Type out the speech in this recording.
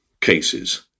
cases